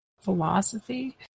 philosophy